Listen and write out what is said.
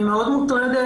אני מאוד מוטרדת,